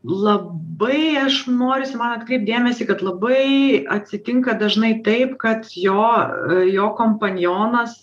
labai aš norisi man atkreipt dėmesį kad labai atsitinka dažnai taip kad jo jo kompanionas